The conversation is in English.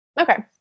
Okay